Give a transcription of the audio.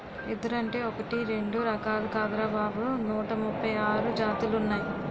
ఎదురంటే ఒకటీ రెండూ రకాలు కాదురా బాబూ నూట ముప్పై ఆరు జాతులున్నాయ్